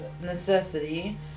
necessity